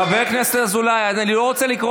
חבר הכנסת אזולאי, אני לא רוצה לקרוא